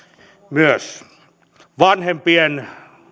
myös vastaisuudessa vanhempien